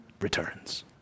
returns